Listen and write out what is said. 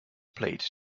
played